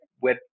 web